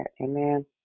Amen